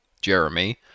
Jeremy